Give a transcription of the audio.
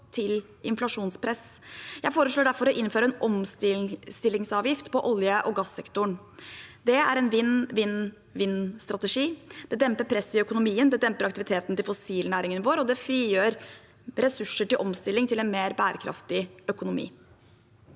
til inflasjonspress. Jeg foreslår derfor å innføre en omstillingsavgift på olje- og gass-sektoren. Det er en vinn-vinn-vinn-strategi: Det demper presset i økonomien, det demper aktiviteten til fossilnæringen vår, og det frigjør ressurser til omstilling til en mer bærekraftig økonomi.